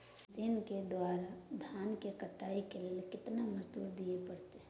Machine के द्वारा धान की कटाइ के लिये केतना मजदूरी दिये परतय?